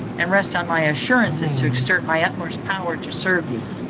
and rest on my assurances to exert my utmost power to serve you.